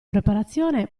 preparazione